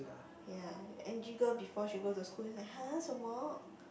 ya your M_G girl before she go to school is like !huh! 什么